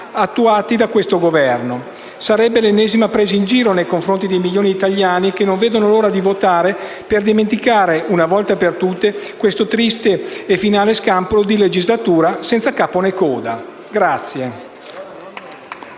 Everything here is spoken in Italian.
attuati da questo Governo. Sarebbe l'ennesima presa in giro nei confronti di milioni di italiani che non vedono l'ora di votare, per dimenticare, una volta per tutte, questo triste e finale scampolo di legislatura senza capo né coda.